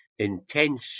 intense